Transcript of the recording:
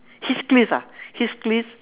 heath cliff ah heath cliff